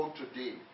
today